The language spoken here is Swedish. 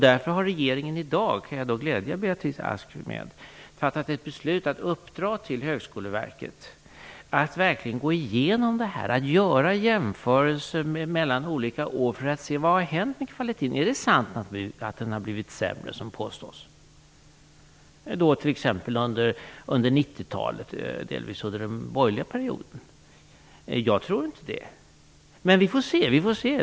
Därför har regeringen i dag, kan jag glädja Beatrice Ask med, beslutat att uppdra åt Högskoleverket att verkligen gå igenom detta. Man skall göra jämförelser mellan olika år och se vad som har hänt med kvaliteten. Är det sant att den, som påstås, har blivit sämre? Hur var det t.ex. under 90-talet - alltså delvis under den borgerliga perioden? Jag tror inte att den har blivit sämre, men vi får se.